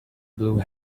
blue